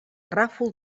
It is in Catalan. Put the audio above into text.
ràfol